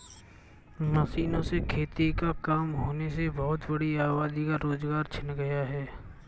मशीनों से खेती का काम होने से बहुत बड़ी आबादी का रोजगार छिन गया है